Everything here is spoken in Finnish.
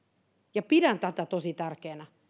ja pidän tätä tosi tärkeänä